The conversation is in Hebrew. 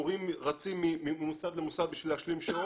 מורים רצים ממוסד למוסד בשביל להשלים שעות.